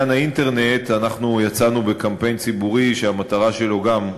לעניין האינטרנט יצאנו בקמפיין ציבורי שהמטרה שלו גם,